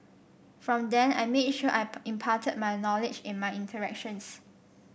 from then I made sure I imparted my knowledge in my interactions